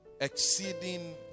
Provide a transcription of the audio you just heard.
Exceeding